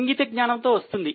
ఇంగిత జ్ఞానంతో వస్తుంది